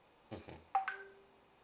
mmhmm